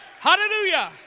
Hallelujah